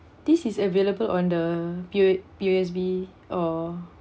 this is available on the P_O P_O_S_B or